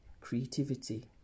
creativity